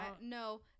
no